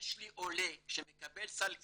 יש לי עולה שמקבל סל קליטה,